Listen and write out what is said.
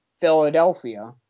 Philadelphia